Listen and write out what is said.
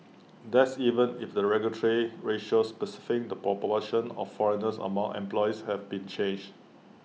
that's even if the regulatory ratio specifying the proportion of foreigners among employees have been changed